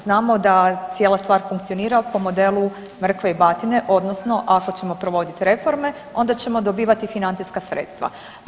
Znamo da cijela stvar funkcionira po modelu mrkve i batine odnosno ako ćemo provoditi reforme onda ćemo dobivati financijska sredstva.